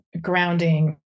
grounding